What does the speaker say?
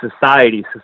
society